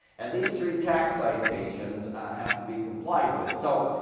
and these three tax citations have to be complied with. so,